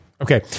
Okay